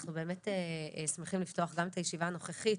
אנחנו באמת שמחים לפתוח גם את הישיבה הנוכחית